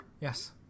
Yes